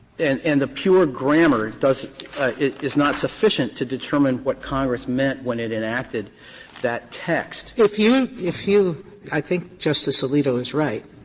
and and the pure grammar does is not sufficient to determine what congress meant when it enacted that text. sotomayor if you if you i think justice alito is right.